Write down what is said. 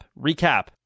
recap